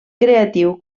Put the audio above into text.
creatiu